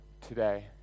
today